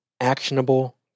actionable